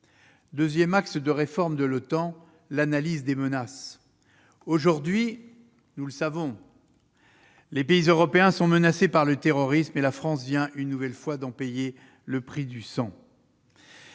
deuxième axe de réforme de l'OTAN tient à l'analyse des menaces. Aujourd'hui, les pays européens sont menacés par le terrorisme ; la France vient une nouvelle fois de payer le prix du sang.